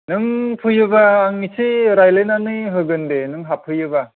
नों फैयोबा आं एसे रायलायनानै होगोन दे नों हाबफैयोबा